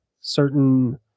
certain